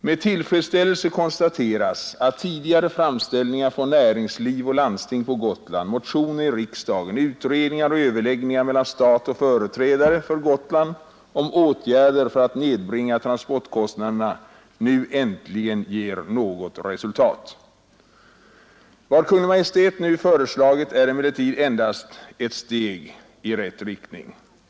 Med tillfredsställelse konstaterar jag att tidigare framställningar från näringsliv och landsting på Gotland, motioner i riksdagen, utredningar och överläggningar mellan staten och företrädare för Gotland om åtgärder för att nedbringa transportkostnaderna nu äntligen ger något resultat. Vad Kungl. Maj:t nu föreslagit är emellertid endast ett steg i rätt riktning.